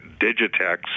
Digitex